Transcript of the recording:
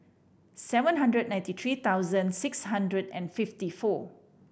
seven hundred ninety three thousand six hundred and fifty four